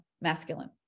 masculine